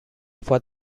for